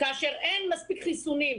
כאשר אין מספיק חיסונים.